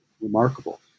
remarkable